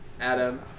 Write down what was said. Adam